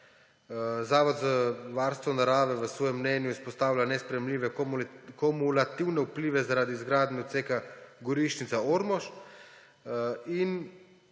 Zavod za varstvo narave v svojem mnenju izpostavlja nesprejemljive kumulativne vplive zaradi izgradnje odseka Gorišnica–Ormož in